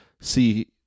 see